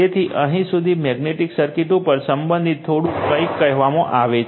તેથી અહિયાં સુધી મેગ્નેટિક સર્કિટ ઉપર સંબંધિત થોડું કઈક કહેવામાં આવે છે